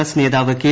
S നേതാവ് K